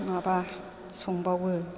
माबा संबावो